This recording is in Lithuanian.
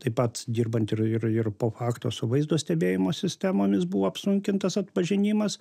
taip pat dirbant ir ir ir po fakto su vaizdo stebėjimo sistemomis buvo apsunkintas atpažinimas